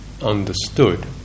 understood